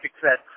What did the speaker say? success